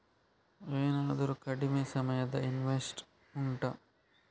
ಏನಾದರೂ ಕಡಿಮೆ ಸಮಯದ ಇನ್ವೆಸ್ಟ್ ಉಂಟಾ